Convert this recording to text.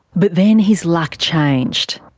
but then his luck changed.